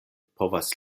povas